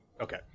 okay